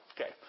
okay